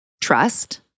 trust